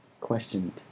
questioned